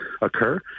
occur